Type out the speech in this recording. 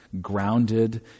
grounded